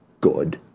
good